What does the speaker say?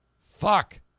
Fuck